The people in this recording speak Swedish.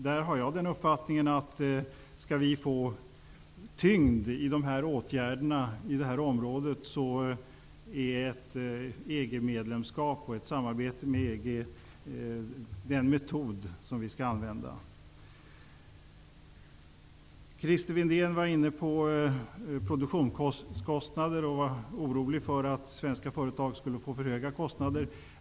Där har jag den uppfattningen att skall vi få tyngd i åtgärderna inom det området så är EG medlemskap och samarbete med EG den metod som vi skall använda. Christer Windén berörde frågan om produktionskostnader och var orolig för att svenska företag skulle få för höga kostnader.